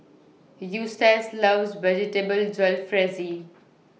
Eustace loves Vegetable Jalfrezi